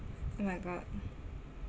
oh my god